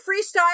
freestyle